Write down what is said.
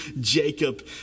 Jacob